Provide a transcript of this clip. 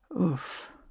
Oof